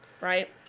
Right